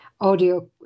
audio